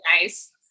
nice